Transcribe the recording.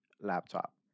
laptop